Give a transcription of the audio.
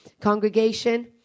Congregation